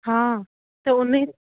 हा त उन ई